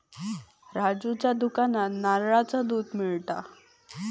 राजूच्या दुकानात नारळाचा दुध मिळता